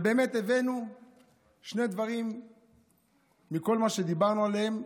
ובאמת הבאנו שני דברים מכל מה שדיברנו עליהם,